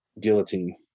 guillotine